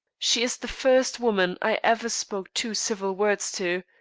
she is the first woman i ever spoke two civil words to.